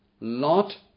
Lot